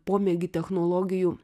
pomėgį technologijų